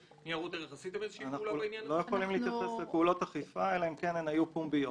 אנחנו לא יכולים להתייחס לפעולות אכיפה אלא אם הן היו פומביות.